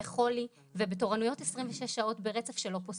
בחולי ובתורנויות 26 שעות ברצף שלא פוסקות.